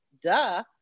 Duh